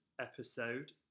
episode